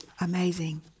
Amazing